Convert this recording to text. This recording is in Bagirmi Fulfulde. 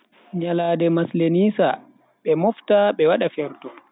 Nyalande maslenitsa, be mofta be wada ferto.